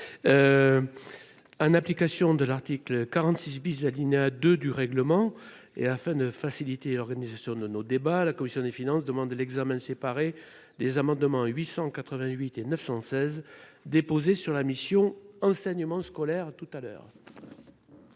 un application de l'article 46 bis alinéa 2 du règlement et afin de faciliter organiser sur nos nos débats à la commission des finances demande l'examen séparé des amendements à 800 88 et 916 déposer sur la mission enseignement scolaire tout à l'heure.